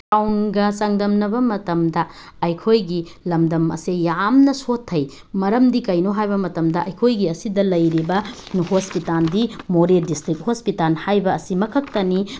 ꯇꯥꯎꯟꯒ ꯆꯥꯡꯗꯝꯅꯕ ꯃꯇꯝꯗ ꯑꯩꯈꯣꯏꯒꯤ ꯂꯝꯗꯝ ꯑꯁꯦ ꯌꯥꯝꯅ ꯁꯣꯠꯊꯩ ꯃꯔꯝꯗꯤ ꯀꯩꯅꯣ ꯍꯥꯏꯕ ꯃꯇꯝꯗ ꯑꯩꯈꯣꯏꯒꯤ ꯑꯁꯤꯗ ꯂꯩꯔꯤꯕ ꯍꯣꯁꯄꯤꯇꯥꯜꯗꯤ ꯃꯣꯔꯦ ꯗꯤꯁꯇ꯭ꯔꯤꯛ ꯍꯣꯁꯄꯤꯇꯥꯜ ꯍꯥꯏꯕ ꯑꯁꯤꯃꯈꯛꯇꯅꯤ